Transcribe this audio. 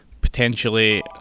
potentially